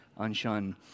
unshun